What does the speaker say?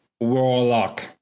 warlock